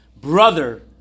brother